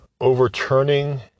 overturning